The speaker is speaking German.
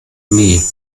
nehmen